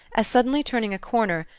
as, suddenly turning a corner,